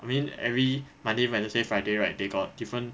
I mean every monday wednesday friday right they got different